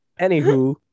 Anywho